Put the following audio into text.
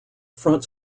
front